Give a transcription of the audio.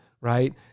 right